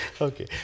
Okay